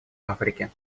африки